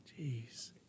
Jeez